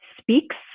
Speaks